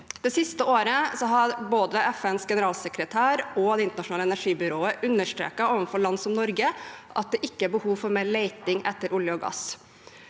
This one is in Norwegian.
Det siste året har både FNs generalsekretær og Det internasjonale energibyrået understreket overfor land som Norge at det ikke er behov for mer leting etter olje og gass.